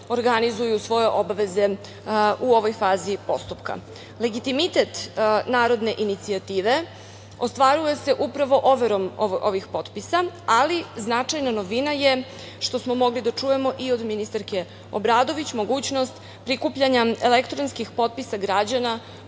organizuju svoje obaveze u ovoj fazi postupka. Legitimitet narodne inicijative ostvaruje se upravo overom ovih potpisa, ali značajna novina je, što smo mogli da čujemo i od ministarke Obradović, mogućnost prikupljanja elektronskih potpisa građana